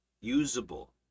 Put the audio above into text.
Usable